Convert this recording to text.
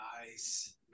Nice